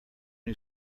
new